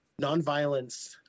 Nonviolence